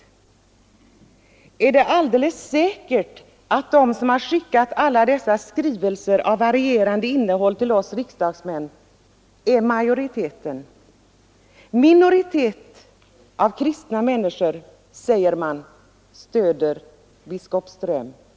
Och är det alldeles säkert att de som har skickat skrivelser av varierande innehåll till riksdagsledamöter utgör majoriteten? Det är en minoritet av kristna människor som stöder biskop Ström, har det sagts.